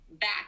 back